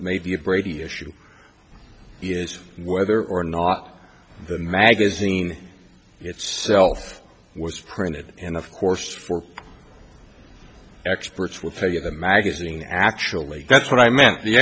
it may be a brady issue is whether or not the magazine itself was printed and of course for experts will tell you the magazine actually that's what i meant the